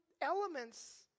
elements